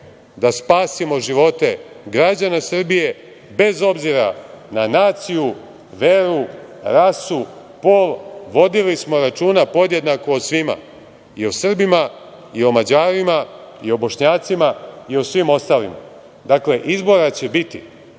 da spasimo živote građana Srbije, bez obzira na naciju, veru, rasu, pol. Vodili smo računa podjednako o svima, i o Srbima i o Mađarima i o Bošnjacima i o svima ostalima. Dakle, izbora će biti.